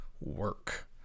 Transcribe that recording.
work